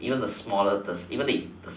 even the smallest the even the